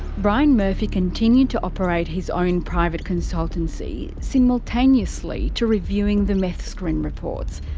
brian murphy continued to operate his own private consultancy, simultaneously to reviewing the meth screen reports,